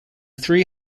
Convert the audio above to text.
three